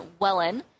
Wellen